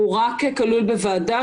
הוא רק כלול בוועדה.